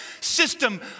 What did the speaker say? system